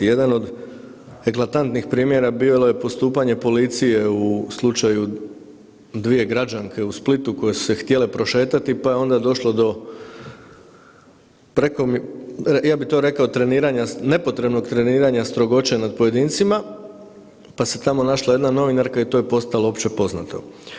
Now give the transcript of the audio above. Jedan od eklatantnih primjera bilo je postupanje policije u slučaju dvije građanke u Splitu koje su se htjele prošetati pa je onda došlo do, ja bi rekao treniranja, nepotrebnog treniranja strogoće nad pojedincima, pa se tamo našla jedna novinarka i to je postalo opće poznato.